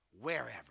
wherever